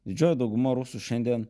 didžioji dauguma rusų šiandien